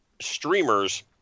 streamers